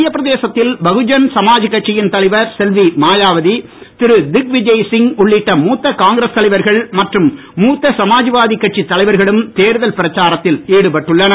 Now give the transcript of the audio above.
மத்திய பிரதேசத்தில் பகுஜன் சமாஜ் கட்சியின் தலைவர் செல்வி மாயாவதி திரு திக்விஜய் சிங் உள்ளிட்ட மூத்த காங்கிரஸ் தலைவர்கள் மற்றும் மூத்த சமாஜ்வாதி கட்சித் தலைவர்களும் தேர்தல் பிரச்சாரத்தில் ஈடுபட்டுள்ளனர்